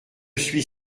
suis